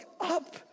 up